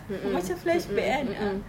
mm mm mm mm mm mm